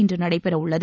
இன்றுநடைபெறவுள்ளது